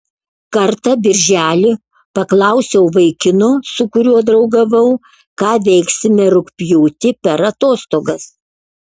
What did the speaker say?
kartą birželį paklausiau vaikino su kuriuo draugavau ką veiksime rugpjūtį per atostogas